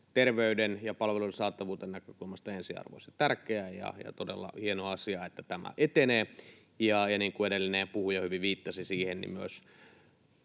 terveyden ja palveluiden saatavuuden näkökulmasta ensiarvoisen tärkeää, ja on todella hieno asia, että tämä etenee. Niin kuin edellinen puhuja hyvin viittasi siihen,